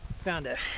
found a